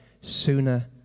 sooner